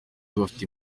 bafite